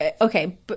okay